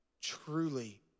Truly